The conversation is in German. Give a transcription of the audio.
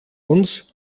uns